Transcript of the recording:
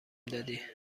دادی